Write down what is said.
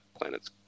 planet's